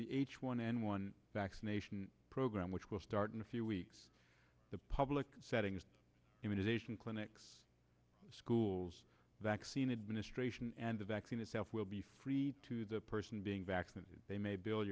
the h one n one vaccination program which will start in a few weeks the public settings immunization clinics schools vaccine administration and the vaccine itself will be free to the person being vaccinated they may build